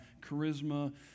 charisma